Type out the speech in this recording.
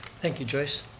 thank you, joyce.